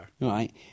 Right